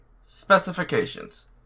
specifications